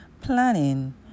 planning